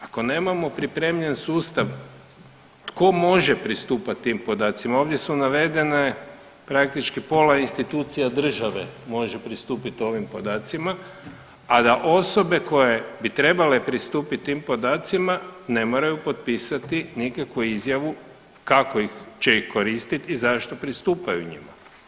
Ako nemamo pripremljen sustav tko može pristupati tim podacima, ovdje su navedene praktički pola institucija države može pristupiti ovim podacima, a da osobe koje bi trebale pristupiti tim podacima ne moraju potpisati nikakvu izjavu kako će ih koristiti i zašto pristupaju njima.